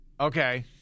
Okay